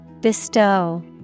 Bestow